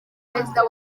perezida